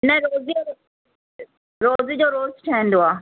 न रोज़ जी रोज़ रोज़ जो रोज़ु ठहंदो आहे